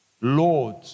Lord